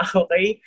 okay